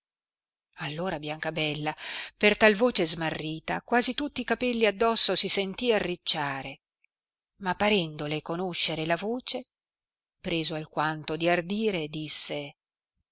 allora biancabella per tal voce smarrita quasi tutti i capelli addosso si sentì arricciare ma parendole conoscere la voce preso alquanto di ardire disse